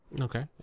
Okay